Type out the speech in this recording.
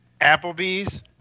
Applebee's